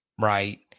right